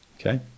Okay